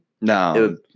no